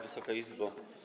Wysoka Izbo!